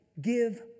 give